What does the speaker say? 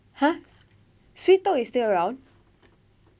!huh! sweet talk is still around